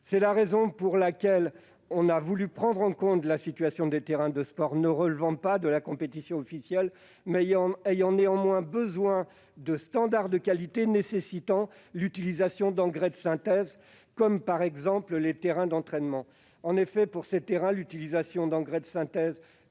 C'est la raison pour laquelle nous avons voulu prendre en compte la situation des terrains de sport qui ne relèvent pas de la compétition officielle, mais dont les standards de qualité nécessitent l'utilisation d'engrais de synthèse, par exemple les terrains d'entraînement. En effet, pour ces terrains, l'utilisation de ces engrais est